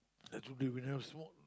like today we never smoke